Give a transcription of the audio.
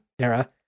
era